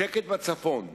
השקט בצפון,